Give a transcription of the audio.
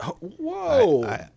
Whoa